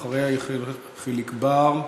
אחריה, חבר הכנסת יחיאל חיליק בר,